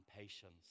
patience